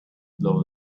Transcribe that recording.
blow